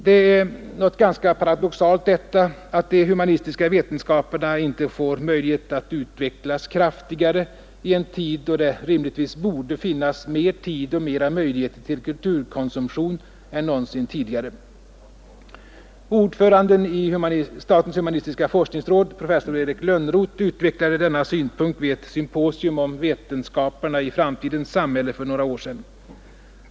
Det är något paradoxalt detta, att de humanistiska vetenskaperna inte får möjlighet att utvecklas kraftigare under en period, då det rimligtvis borde finnas mer tid och mer möjlighet till kulturkonsumtion än någonsin tidigare. Ordföranden i statens humanistiska forskningsråd, professor Erik Lönnroth, utvecklade denna synpunkt vid ett symposium om vetenskaperna i framtidens samhälle för några år sedan.